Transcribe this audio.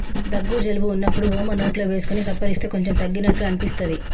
దగ్గు జలుబు వున్నప్పుడు వోమ నోట్లో వేసుకొని సప్పరిస్తే కొంచెం తగ్గినట్టు అనిపిస్తది